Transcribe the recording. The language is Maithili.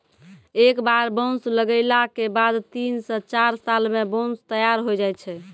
एक बार बांस लगैला के बाद तीन स चार साल मॅ बांंस तैयार होय जाय छै